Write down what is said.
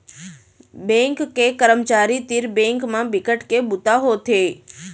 bank के करमचारी तीर बेंक म बिकट के बूता होथे